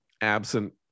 absent